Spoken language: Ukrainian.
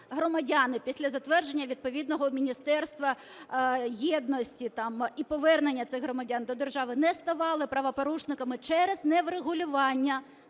громадяни після затвердження відповідного Міністерства єдності і повернення цих громадян до держави не ставали правопорушниками через неврегулювання